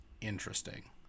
interesting